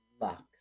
Lux